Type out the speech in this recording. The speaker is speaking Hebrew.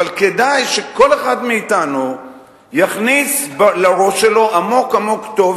אבל כדאי שכל אחד מאתנו יכניס לראש שלו עמוק עמוק וטוב